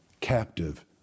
captive